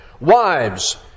Wives